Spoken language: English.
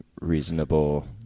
reasonable